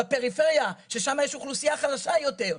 בפריפריה, ששם יש אוכלוסייה חלשה יותר.